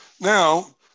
Now